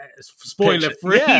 spoiler-free